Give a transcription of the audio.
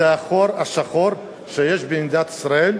זה החור השחור שיש במדינת ישראל.